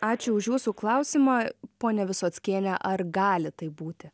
ačiū už jūsų klausimą ponia visockiene ar gali taip būti